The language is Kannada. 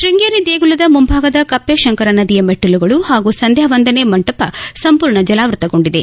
ಕೃಂಗೇರಿ ದೇಗುಲದ ಮುಂಭಾಗದ ಕಪ್ಪೆ ಶಂಕರ ನದಿಯ ಮೆಟ್ಲಲುಗಳು ಹಾಗೂ ಸಂಧ್ನಾವಂದನೆ ಮಂಟಪ ಸಂಪೂರ್ಣ ಜಲಾವೃತಗೊಂಡಿದೆ